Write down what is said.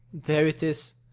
there it is,